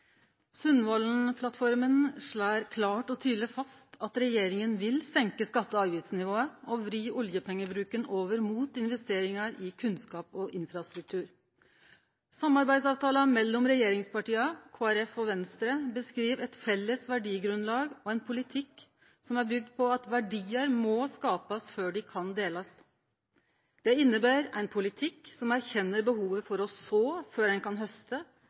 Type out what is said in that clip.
Sundvolden-plattforma slår klart og tydeleg fast at regjeringa vil senke skatte- og avgiftsnivået og vri oljepengebruken over mot investeringar i kunnskap og infrastruktur. Samarbeidsavtalen mellom regjeringspartia, Kristeleg Folkeparti og Venstre beskriv eit felles verdigrunnlag og ein politikk som er bygd på at verdiar må skapast før dei kan delast. Det inneber ein politikk som erkjenner behovet for å så før ein kan hauste,